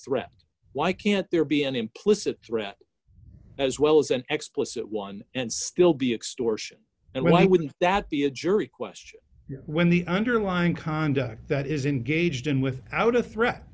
threat why can't there be an implicit threat as well as an explicit one and still be extortion and why wouldn't that be a jury question when the underlying conduct that is engaged in without a threat